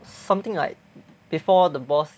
something like before the boss